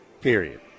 Period